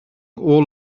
all